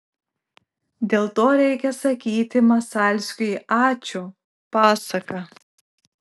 dėl to reikia sakyti masalskiui ačiū pasaka